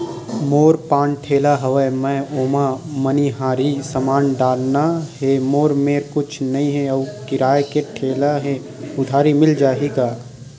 मोर पान ठेला हवय मैं ओमा मनिहारी समान डालना हे मोर मेर कुछ नई हे आऊ किराए के ठेला हे उधारी मिल जहीं का?